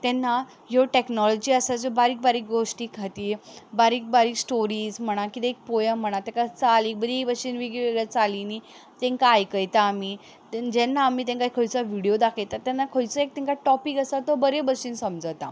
तेन्ना ह्यो टॅक्नोलॉजी आसा त्यो बारीक बारीक गोश्टी खातीर बारीक बारीक स्टोरीज म्हणा किदेंय पोयम म्हणा ताका चाल एक बरी भशेन वेगळ्यावेगळ्या चालींनी तांकां आयकयता आमी जेन्ना आमी तांकां खंयचो विडिओ दाखयता तेन्ना खंयचो एक टॉपीक असो तो बरे भशेन समजता